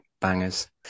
bangers